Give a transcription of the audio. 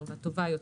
הטובה יותר.